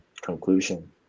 conclusion